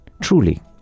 truly